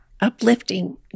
uplifting